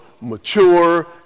mature